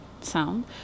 sound